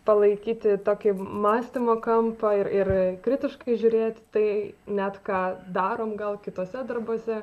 palaikyti tokį mąstymo kampą ir ir kritiškai žiūrėti į tai net ką darom gal kituose darbuose